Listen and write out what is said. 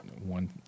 one